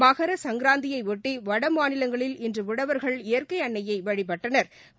மகர சுங்ராந்தியையொட்டிவடமாநிலங்களில் இன்றுஉழவா்கள் இயற்கைஅன்னையைவழிபட்டனா்